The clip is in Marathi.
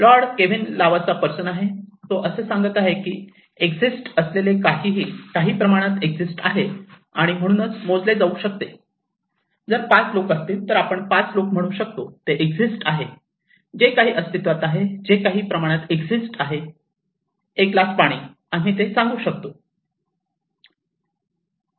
लॉर्ड केल्विन नावाचा पर्सन आहे तो असे सांगत आहे की एक्सीट असलेले काहीही काही प्रमाणात एक्सीट आहे आणि म्हणूनच मोजले जाऊ शकते जर 5 लोक असतील तर आपण 5 लोक म्हणू शकतो ते एक्सीट आहे जे काही अस्तित्वात आहे जे काही प्रमाणात एक्सीट आहे एक ग्लास पाणी आम्ही ते सांगू शकतो